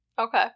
Okay